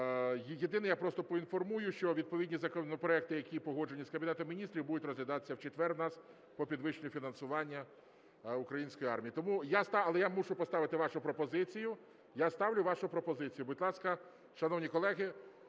Єдине, я просто поінформую, що відповідні законопроекти, які погоджені з Кабінетом Міністрів, будуть розглядатися в четвер у нас по підвищенню фінансування української армії. Тому… Але я мушу поставити вашу пропозицію. Я ставлю вашу пропозицію. Будь ласка, шановні колеги,